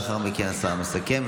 לאחר מכן השר מסכם,